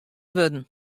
wurden